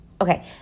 okay